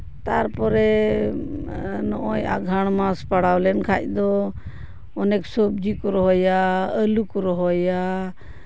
ᱛᱟᱨᱯᱚᱨᱮ ᱱᱚᱜᱼᱚᱭ ᱟᱸᱜᱷᱟᱲ ᱢᱟᱥ ᱯᱟᱲᱟᱣ ᱞᱮᱱᱠᱷᱟᱱ ᱫᱚ ᱚᱱᱮᱠ ᱥᱚᱵᱽᱡᱤ ᱠᱚ ᱨᱚᱦᱚᱭᱟ ᱟᱹᱞᱩ ᱠᱚ ᱨᱚᱦᱚᱭᱟ